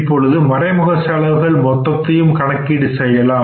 இப்பொழுது மறைமுக செலவுகள் மொத்தத்தையும் கணக்கீடு செய்யலாம்